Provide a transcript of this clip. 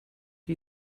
had